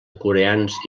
coreans